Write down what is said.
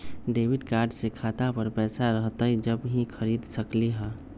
Debit card से खाता पर पैसा रहतई जब ही खरीद सकली ह?